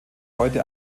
heute